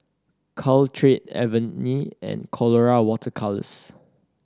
Caltrate Avene and Colora Water Colours